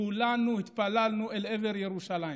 כולנו התפללנו אל עבר ירושלים,